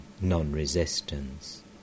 non-resistance